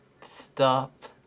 Stop